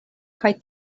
kaj